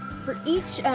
for each,